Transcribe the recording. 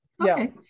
Okay